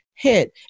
hit